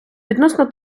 відносно